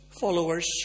followers